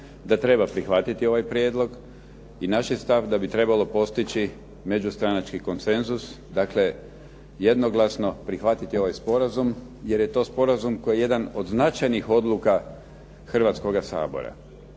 da treba prihvatiti ovaj prijedlog i naš je stav da bi trebalo postići međustranački konsenzus, dakle jednoglasno prihvatiti ovaj sporazum jer je to sporazum koji je jedan od značajnih odluka Hrvatskoga sabora.